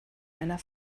einer